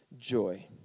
joy